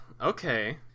okay